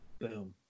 Boom